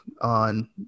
on